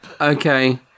Okay